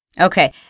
Okay